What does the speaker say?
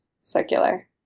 circular